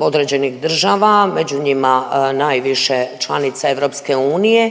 određenih država, među njima najviše članica Europske unije